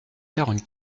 quarante